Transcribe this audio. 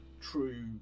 true